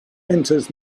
enters